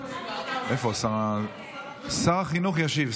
שר החינוך ישיב.